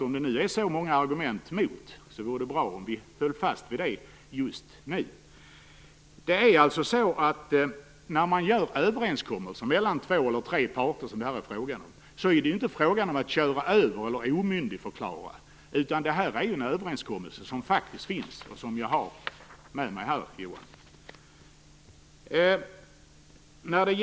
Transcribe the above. Om det finns så många argument mot, vore det bra om vi höll fast vid det just nu. När man gör överenskommelser mellan två eller tre parter, som det här är fråga om, handlar det inte om att köra över eller omyndigförklara. Det här är en överenskommelse som faktiskt finns och som jag har med mig här, Johan Lönnroth.